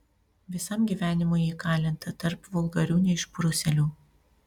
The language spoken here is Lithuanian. visam gyvenimui įkalinta tarp vulgarių neišprusėlių